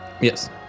Yes